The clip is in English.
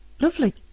Lovely